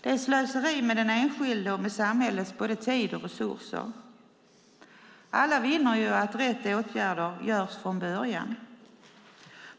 Det är slöseri med den enskildes och med samhällets både tid och resurser. Alla vinner på att rätt åtgärder vidtas från början.